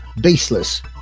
baseless